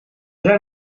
zijn